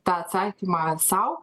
tą atsakymą sau